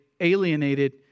alienated